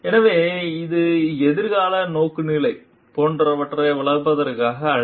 எனவே அது எதிர்கால நோக்குநிலை போன்றவற்றை வளர்ப்பதற்காக அல்ல